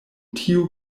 tiu